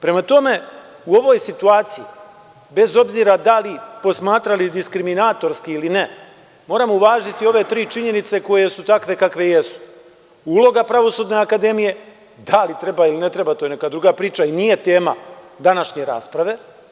Prema tome, u ovoj situaciji, bez obzira da li to smatrali diskrimnatorski ili ne, moramo uvažiti i ove tri činjenice koje su takve kakve jesu, uloga pravosudne akademije, da li treba ili ne treba, to je neka druga priča, nije tema današnje rasprave.